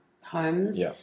homes